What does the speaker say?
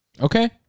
Okay